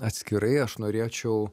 atskirai aš norėčiau